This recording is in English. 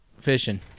fishing